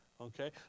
Okay